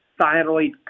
thyroid